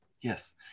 Yes